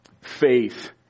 faith